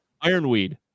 Ironweed